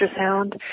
ultrasound